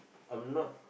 I'm not